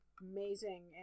amazing